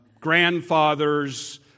grandfathers